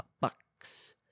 Bucks